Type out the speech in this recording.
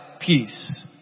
peace